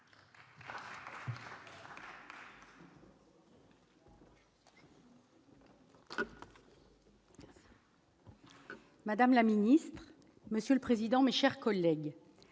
madame la ministre, monsieur le rapporteur, mes chers collègues,